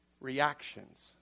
reactions